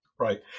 Right